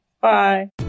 Bye